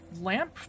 lamp